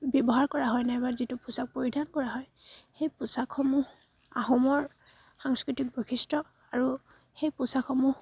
ব্যৱহাৰ কৰা হয় নাইবা যিটো পোচাক পৰিধান কৰা হয় সেই পোচাকসমূহ আহোমৰ সাংস্কৃতিক বৈশিষ্ট্য আৰু সেই পোচাকসমূহ